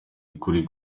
ukuri